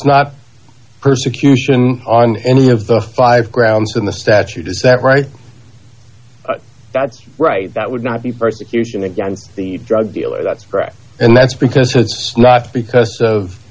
not persecution on any of the five grounds in the statute is that right that's right that would not be persecution against the drug dealer that's right and that's because it's because of